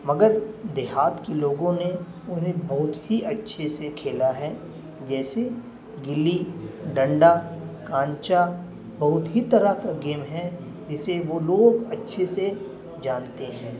مگر دیہات کے لوگوں نے انہیں بہت ہی اچھے سے کھیلا ہے جیسے گلی ڈنڈا کنچا بہت ہی طرح کا گیم ہے جسے وہ لوگ اچھے سے جانتے ہیں